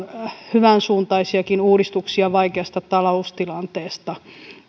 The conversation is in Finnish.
hyvänsuuntaisiakin uudistuksia vaikeasta taloustilanteesta